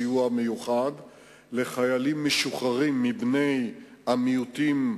לחיילים משוחררים מבני המיעוטים,